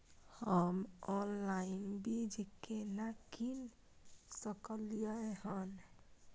हम ऑनलाइन बीज केना कीन सकलियै हन?